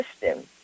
system